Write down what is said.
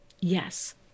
Yes